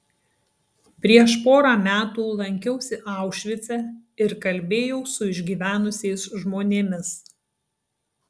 prieš porą metų lankiausi aušvice ir kalbėjau su išgyvenusiais žmonėmis